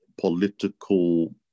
political